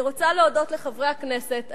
אני רוצה להודות לחברי הכנסת.